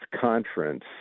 conference